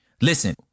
Listen